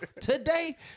today